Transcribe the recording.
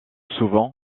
souvent